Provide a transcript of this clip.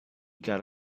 got